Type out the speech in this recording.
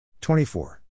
24